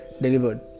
delivered